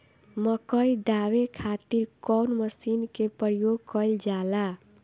मकई दावे खातीर कउन मसीन के प्रयोग कईल जाला?